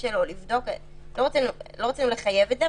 שלו לבדוק לא רצינו לחייב את זה,